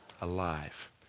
Alive